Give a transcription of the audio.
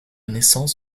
naissance